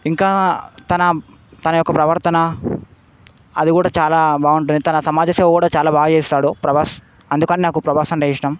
ఇంకా తన తన యొక్క ప్రవర్తన అది కూడా చాలా బాగుంటుంది తన సమాజసేవ కూడా చాలా బాగా చేస్తాడు ప్రభాస్ అందుకని నాకు ప్రభాస్ అంటే ఇష్టం